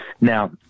Now